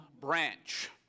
branch